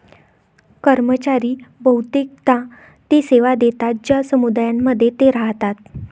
कर्मचारी बहुतेकदा ते सेवा देतात ज्या समुदायांमध्ये ते राहतात